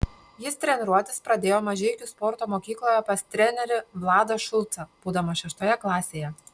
jis treniruotis pradėjo mažeikių sporto mokykloje pas trenerį vladą šulcą būdamas šeštoje klasėje